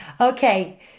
Okay